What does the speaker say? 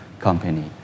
company